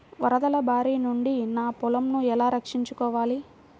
వరదల భారి నుండి నా పొలంను ఎలా రక్షించుకోవాలి?